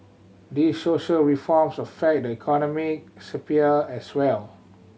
these social reforms affect the economic sphere as well